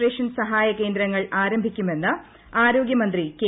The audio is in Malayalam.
ട്രേഷൻ സഹായ കേന്ദ്രങ്ങൾ ആരംഭിക്കുമെന്ന് ആരോഗൃ മന്ത്രി കെ